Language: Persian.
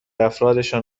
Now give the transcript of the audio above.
افرادشان